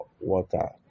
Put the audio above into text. water